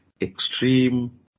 extreme